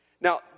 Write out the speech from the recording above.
Now